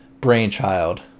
Brainchild